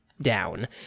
down